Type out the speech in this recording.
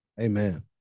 Amen